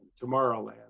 Tomorrowland